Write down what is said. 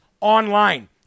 online